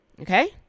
Okay